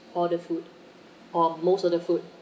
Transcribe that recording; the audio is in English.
all the food or most of the food